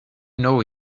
know